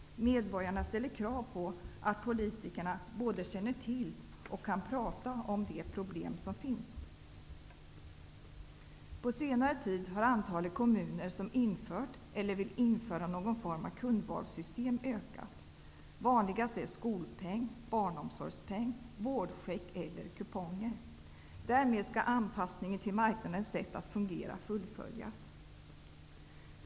Medborgarna ställer krav på att politikerna både känner till och kan prata om de problem som finns. På senare tid har antalet kommuner som har infört eller som vill införa någon form av kundvalssystem ökat. Vanligast är skolpeng, barnomsorgspeng, vårdcheck eller kuponger. Därmed skall anpassningen till marknadens sätt att fungera fullföljas.